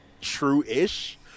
true-ish